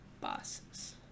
Bosses